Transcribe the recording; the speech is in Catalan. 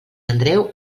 andreu